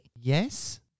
Yes